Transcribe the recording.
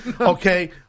Okay